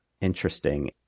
interesting